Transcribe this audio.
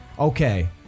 Okay